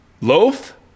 Loaf